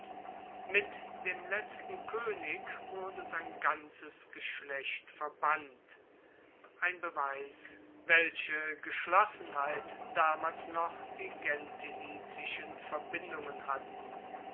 mit dem letzten koenig wurde sein ganzes geschlecht verbannt ein beweis welche geschlossenheit damals noch die gentilizischen verbindungen hatten